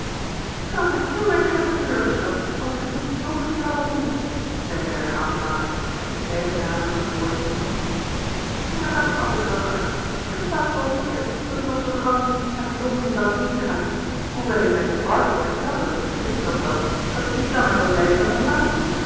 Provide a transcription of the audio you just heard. t zou mij héél erg hebben teleurgesteld als ik u niet nog hier had ontmoet zei ze herhaalde malen met sterken nadruk op het woordje nog maar ik had het altijd wel gedacht ik wist haast wel zeker dat u nog zoo gauw niet uit londen zoudt heengaan hoewel u mij te barton vertelde weet u nog wel dat u niet langer zoudt blijven dan een maand